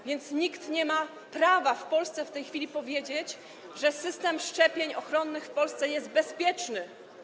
A więc nikt nie ma prawa w Polsce w tej chwili powiedzieć, że system szczepień ochronnych w Polsce jest bezpieczny.